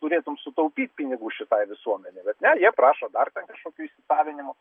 turėtum sutaupyt pinigų šitai visuomenei bet ne jie prašo dar ten kažkokių įsisavinimų